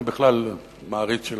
אני בכלל מעריץ של